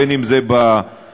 בין שזה בקונגרס,